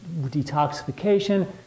detoxification